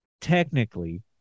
technically